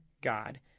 God